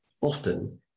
Often